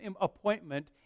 appointment